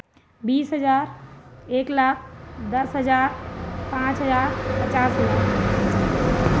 बीस हज़ार एक लाख दस हज़ार पाँच हज़ार पचास हज़ार